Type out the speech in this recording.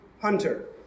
hunter